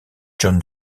john